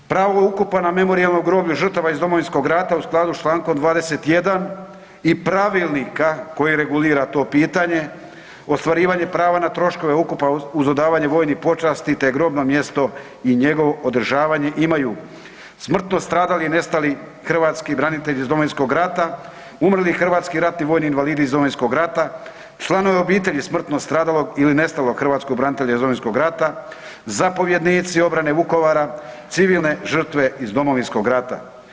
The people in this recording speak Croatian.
Pravo ukopa na Memorijalnom groblju žrtava iz Domovinskog rata u skladu sa člankom 21. i Pravilnika koji regulira to pitanje, ostvarivanje prava na troškove ukopa uz dodavanje vojnih počasti, te grobno mjesto i njegovo održavanje imaju smrtno stradali i nestali hrvatski branitelji iz Domovinskog rata, umrli hrvatski ratni vojni invalidi iz Domovinskog rata, članovi obitelji smrtno stradalog ili nestalog hrvatskog branitelja iz Domovinskog rata, zapovjednici obrane Vukovara, civilne žrtve iz Domovinskog rata.